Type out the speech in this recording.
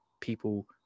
people